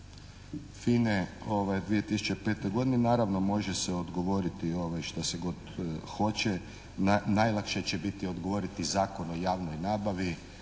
FINA-e 2005. godini. Naravno može se odgovoriti šta se god hoće. Najlakše će biti odgovoriti Zakon o javnoj nabavi,